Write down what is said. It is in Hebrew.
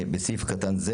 בסעיף קטן זה